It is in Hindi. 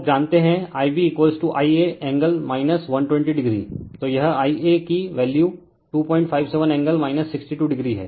रिफर स्लाइड टाइम 0320 तो अब जानते हैं IbIa एंगल 120 o तो यह Ia की वैल्यू 257 एंगल 62o हैं